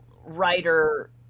writer